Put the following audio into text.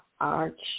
arch